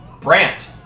Brant